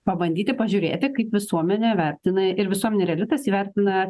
pabandyti pažiūrėti kaip visuomenė vertina ir visuomenė ir elitas jį vertina